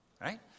right